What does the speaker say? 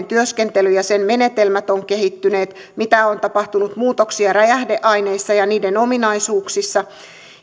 työskentely ja sen menetelmät ovat kehittyneet mitä muutoksia on tapahtunut räjähdeaineissa ja niiden ominaisuuksissa